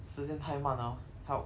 时间太慢了 help